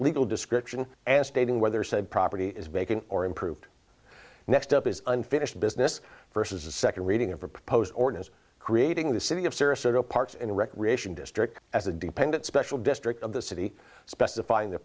legal description and stating whether said property is making or improved next up is unfinished business versus a second reading of the proposed ordinance creating the city of sarasota parks and recreation district as a dependent special district of the city specify